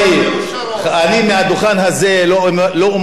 אני מהדוכן הזה לא אומר לא דברי אמת.